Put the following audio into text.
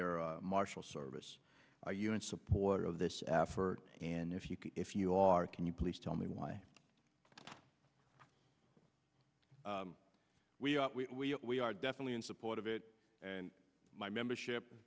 air marshal service are you in support of this effort and if you can if you are can you please tell me why we are we we are definitely in support of it and my membership